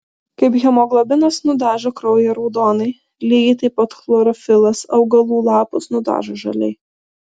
kaip hemoglobinas nudažo kraują raudonai lygiai taip chlorofilas augalų lapus nudažo žaliai